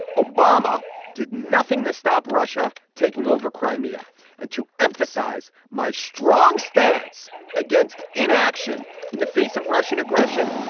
obama did nothing to stop russia taking over crimea and to emphasize my strong stance against inaction in the face of russian aggression.